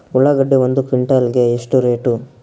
ಉಳ್ಳಾಗಡ್ಡಿ ಒಂದು ಕ್ವಿಂಟಾಲ್ ಗೆ ಎಷ್ಟು ರೇಟು?